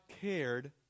cared